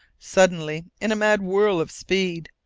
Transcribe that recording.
suddenly, in a mad whirl of speed,